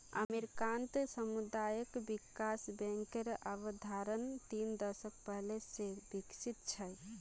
अमेरिकात सामुदायिक विकास बैंकेर अवधारणा तीन दशक पहले स विकसित छ